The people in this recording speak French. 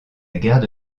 garde